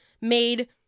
made